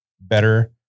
better